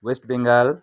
West Bengal